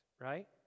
right